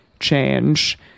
change